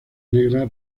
negra